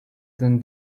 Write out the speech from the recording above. than